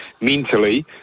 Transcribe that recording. mentally